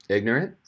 Ignorant